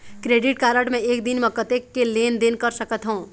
Credit card मे एक दिन म कतक के लेन देन कर सकत हो?